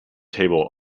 table